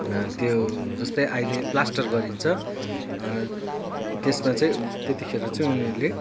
त्यो जस्तै अहिले प्लास्टर गरिन्छ त्यसमा चाहिँ त्यतिखेर चाहिँ उनीहरूले